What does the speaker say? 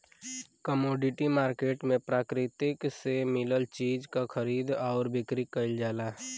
commodity market में प्रकृति से मिलल चीज क खरीद आउर बिक्री कइल जाला